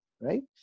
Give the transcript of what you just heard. right